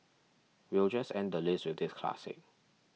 we'll just end the list with this classic